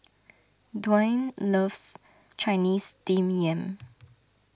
Dwaine loves Chinese Steamed Yam